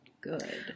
good